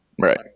Right